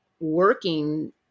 working